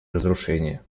разрушения